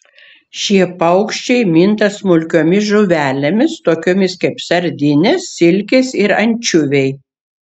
šie paukščiai minta smulkiomis žuvelėmis tokiomis kaip sardinės silkės ir ančiuviai